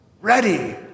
ready